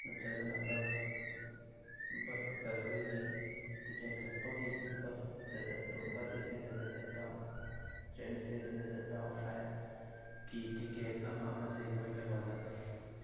ꯅꯠꯇ꯭ꯔꯒꯅ ꯕꯁ ꯕꯁꯇ ꯑꯩꯈꯣꯏꯒꯤ ꯇꯤꯛꯀꯦꯠ ꯀꯛꯄꯒꯤ ꯕꯁꯇ ꯆꯠꯄ ꯕꯁ ꯏꯁꯇꯦꯁꯟꯗ ꯆꯠꯄ ꯇ꯭ꯔꯦꯟ ꯏꯁꯇꯦꯁꯟꯗ ꯆꯠꯄ ꯐ꯭ꯂꯥꯏꯠꯀꯤ ꯇꯤꯛꯀꯦꯠ ꯑꯃ ꯑꯃꯁꯦ ꯑꯩꯈꯣꯏ ꯀꯩꯅꯣꯗ